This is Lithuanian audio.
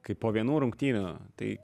kaip po vienų rungtynių tai